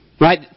Right